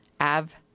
Av